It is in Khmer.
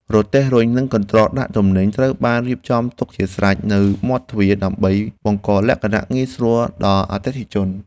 រទេះរុញនិងកន្ត្រកដាក់ទំនិញត្រូវបានរៀបចំទុកជាស្រេចនៅមាត់ទ្វារដើម្បីបង្កលក្ខណៈងាយស្រួលដល់អតិថិជន។